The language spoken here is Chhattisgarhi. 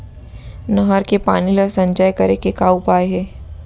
नहर के पानी ला संचय करे के का उपाय हे?